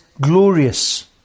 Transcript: glorious